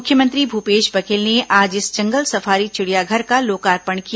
मुख्यमंत्री भूपेश बघेल ने आज इस जंगल सफारी चिड़ियाघर का लोकार्पण किया